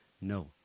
no